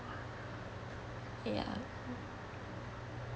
ya